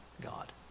God